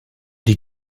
die